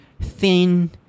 thin